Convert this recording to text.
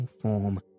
form